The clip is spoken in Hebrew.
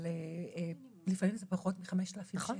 אבל לפעמים זה פחות מ-5,000 שקלים.